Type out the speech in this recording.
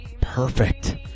perfect